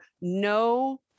no